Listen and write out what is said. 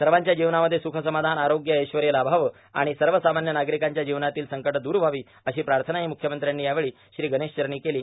सवाच्या जीवनामध्ये सुख समाधान आरोग्य ऐश्वय लाभावं आर्गण सवसामान्य नार्गारकांच्या जीवनातील संकटे द्र व्हावीत अशी प्राथनाही मुख्यमंत्र्यांनी यावेळी श्री गणेश चरणी केलो